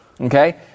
Okay